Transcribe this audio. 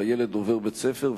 והילד עובר בית-ספר,